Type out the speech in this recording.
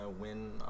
win